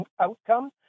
outcome